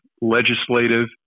legislative